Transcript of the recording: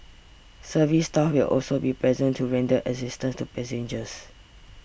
service staff will also be present to render assistance to passengers